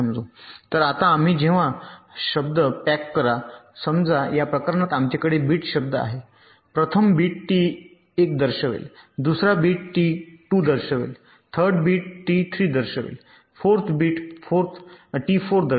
तर आता आम्ही जेव्हा शब्द पॅक करा समजा या प्रकरणात आमच्याकडे बिट शब्द आहे प्रथम बिट टी 1 दर्शवेल दुसरा बिट टी 2 दर्शवेल थर्ड बिट टी 3 दर्शवेल 4 बिट टी 4 दर्शवेल